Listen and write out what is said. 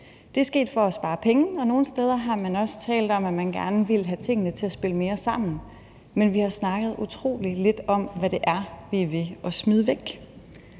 Det er sket for at spare penge, og nogle steder har man også talt om, at man gerne vil have tingene til at spille mere sammen, men vi har snakket utrolig lidt om, hvad det er, vi er ved at smide væk.